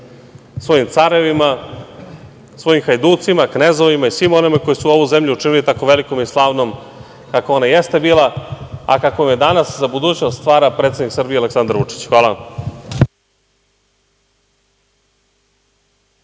svojim carevima, svojim hajducima, knezovima i svima onima koji su ovu zemlju učinili tako velikom i slavnom kakva ona jeste bila, a kakvom je danas za budućnost stvara predsednik Srbije Aleksandar Vučić. Hvala vam.